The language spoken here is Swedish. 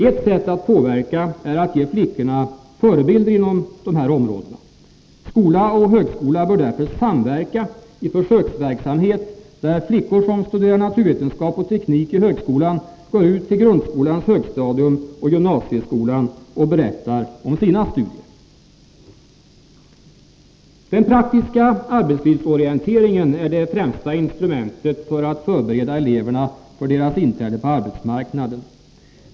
Ett sätt att påverka är att ge flickorna förebilder på just de områdena. Skola och högskola bör därför samverka i försöksverksamhet där flickor som studerar naturvetenskap och teknik i högskolan går ut till grundskolans högstadium och gymnasieskolan och berättar om sina studier. Den praktiska arbetslivsorienteringen är det främsta instrumentet för att förbereda eleverna för deras inträde på arbetsmarknaden.